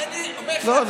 אני אומר לך, לא.